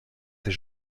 ses